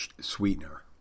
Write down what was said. sweetener